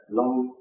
long